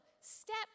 step